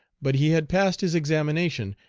but he had passed his examination,